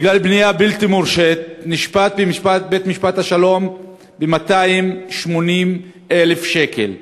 בגלל בנייה בלתי מורשית הוא נשפט בבית-משפט השלום ל-280,000 שקל.